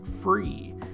free